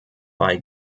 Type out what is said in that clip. bei